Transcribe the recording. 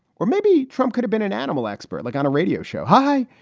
or maybe trump could've been an animal expert like on a radio show hi.